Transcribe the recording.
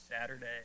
Saturday